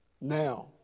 now